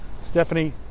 Stephanie